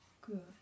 good